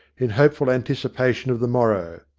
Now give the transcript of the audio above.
in hopeful anticipation of the morrow.